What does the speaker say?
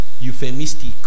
euphemistic